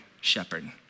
shepherd